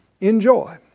Enjoy